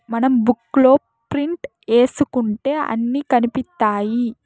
మనం బుక్ లో ప్రింట్ ఏసుకుంటే అన్ని కనిపిత్తాయి